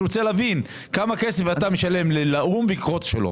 אני רוצה להבין כמה אתה משלם לאו"ם ולכוחות השלום.